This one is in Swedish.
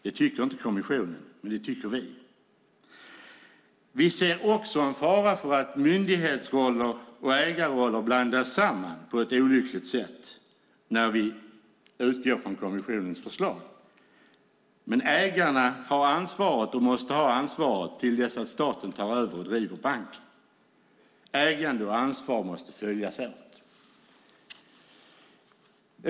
Det tycker inte kommissionen, men det tycker vi. Vi ser också en fara för att myndighetsroller och ägarroller blandas samman på ett olyckligt sätt när vi utgår från kommissionens förslag. Men ägarna har ansvaret, och måste ha ansvaret, tills staten tar över och driver banken. Ägande och ansvar måste följas åt.